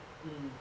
mm